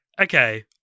okay